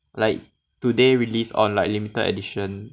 like today released on like limited edition